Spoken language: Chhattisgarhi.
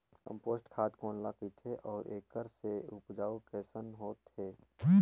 कम्पोस्ट खाद कौन ल कहिथे अउ एखर से उपजाऊ कैसन होत हे?